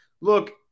look